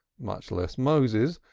much less moses,